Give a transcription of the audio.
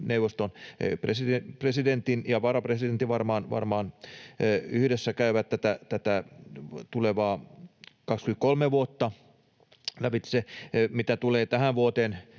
neuvoston presidentti ja varapresidentti varmaan yhdessä käyvät tätä tulevaa 2023 vuotta lävitse. Mitä tulee tähän vuoteen,